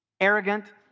arrogant